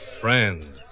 friend